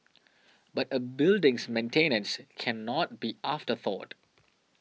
but a building's maintenance cannot be afterthought